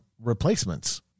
replacements